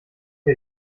ihr